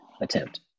Attempt